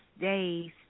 days